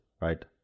right